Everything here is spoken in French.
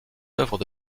œuvres